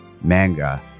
Manga